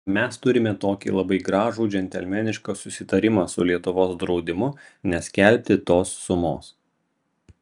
mes turime tokį labai gražų džentelmenišką susitarimą su lietuvos draudimu neskelbti tos sumos